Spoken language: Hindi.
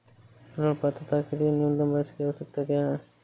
ऋण पात्रता के लिए न्यूनतम वर्ष की आवश्यकता क्या है?